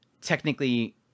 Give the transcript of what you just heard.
technically